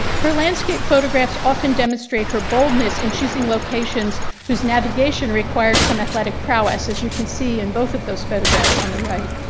her landscape photographs often demonstrate her boldness in choosing locations who's navigation required some athletic prowess. as you can see in both of those photographs on the right.